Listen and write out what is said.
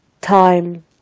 time